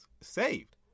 saved